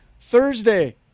Thursday